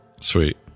sweet